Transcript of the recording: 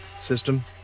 system